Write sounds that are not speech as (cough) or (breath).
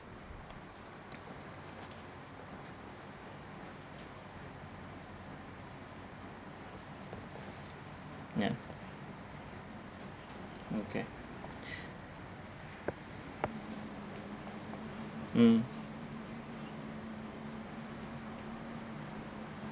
ya okay (breath) mm